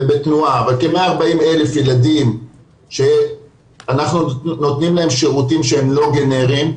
כ-140,000 ילדים שאנחנו נותנים להם שירותים שהם לא גנריים,